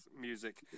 music